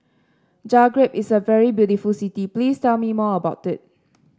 Zagreb is a very beautiful city please tell me more about it